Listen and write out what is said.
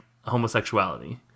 homosexuality